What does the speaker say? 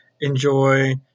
enjoy